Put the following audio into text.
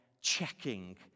checking